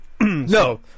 No